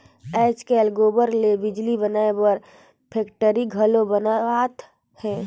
आयज कायल गोबर ले बिजली बनाए बर फेकटरी घलो बनावत हें